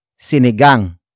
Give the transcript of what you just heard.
sinigang